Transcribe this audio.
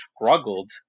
struggled